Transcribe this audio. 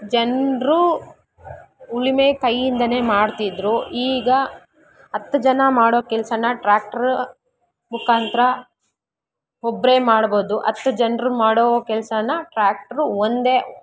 ಜನರು ಉಳುಮೆ ಕೈಯಿಂದನೇ ಮಾಡ್ತಿದ್ದರು ಈಗ ಹತ್ ಜನ ಮಾಡೋ ಕೆಲಸ ಟ್ರ್ಯಾಕ್ಟ್ರ್ ಮುಖಾಂತ್ರ ಒಬ್ಬರೇ ಮಾಡ್ಬೋದು ಹತ್ ಜನರು ಮಾಡೋ ಕೆಲಸ ಟ್ರ್ಯಾಕ್ಟ್ರು ಒಂದೇ